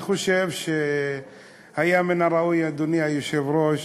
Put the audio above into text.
אני חושב שהיה מן הראוי, אדוני היושב-ראש,